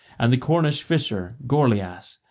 and the cornish fisher, gorlias,